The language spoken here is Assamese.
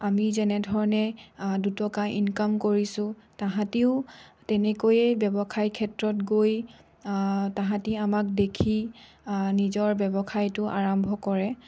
আমি যেনেধৰণে দুটকা ইনকাম কৰিছোঁ তাহাঁতিও তেনেকৈয়ে ব্যৱসায় ক্ষেত্ৰত গৈ তাহাঁতি আমাক দেখি নিজৰ ব্যৱসায়টো আৰম্ভ কৰে